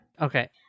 Okay